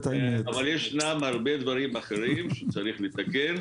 ישנם הרבה דברים אחרים שצריך לתקן.